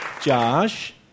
Josh